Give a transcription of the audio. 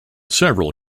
several